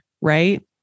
right